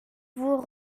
vous